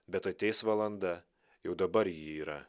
bet ateis valanda jau dabar ji yra